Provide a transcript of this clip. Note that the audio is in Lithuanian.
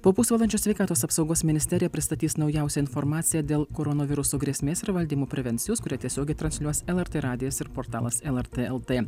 po pusvalandžio sveikatos apsaugos ministerija pristatys naujausią informaciją dėl koronaviruso grėsmės ir valdymo prevencijos kurią tiesiogiai transliuos lrt radijas ir portalas lrt lt